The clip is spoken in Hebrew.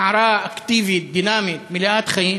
נערה אקטיבית, דינמית, מלאת חיים,